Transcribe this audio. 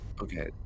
okay